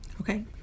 Okay